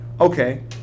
Okay